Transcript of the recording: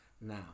now